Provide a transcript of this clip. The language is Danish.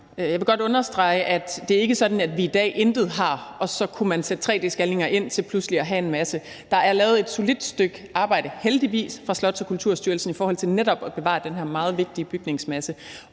Jeg vil godt understrege, at det ikke er sådan, at vi i dag intet har, og at man så kunne sætte tre-d-scanninger ind og så pludselig have hel masse. Der er heldigvis lavet et solidt stykke arbejde af Slots- og Kulturstyrelsen for netop at bevare den her meget vigtige bygningsmasse